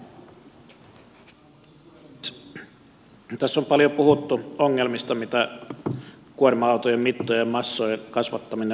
tässä on paljon puhuttu ongelmista mitä kuorma autojen mittojen ja massojen kasvattaminen on aiheuttanut